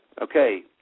okay